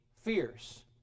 fierce